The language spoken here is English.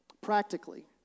Practically